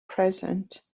present